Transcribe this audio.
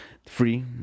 Free